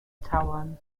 tauern